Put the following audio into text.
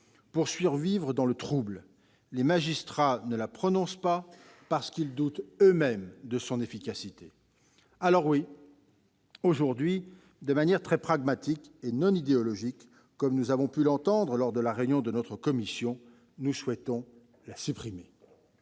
pour survivre dans le trouble. Les magistrats ne la prononcent pas parce qu'ils doutent eux-mêmes de son efficacité. Alors oui, pour des raisons très pragmatiques, et non pas idéologiques, comme nous l'avons entendu dire lors de la réunion de notre commission, nous souhaitons la supprimer.